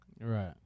Right